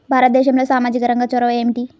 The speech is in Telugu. భారతదేశంలో సామాజిక రంగ చొరవ ఏమిటి?